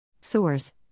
Source